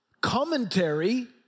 commentary